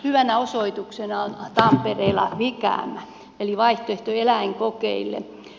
hyvänä osoituksena on tampereella ficam eli vaihtoehto eläinkokeille